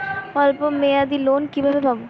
অল্প মেয়াদি লোন কিভাবে পাব?